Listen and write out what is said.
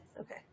Okay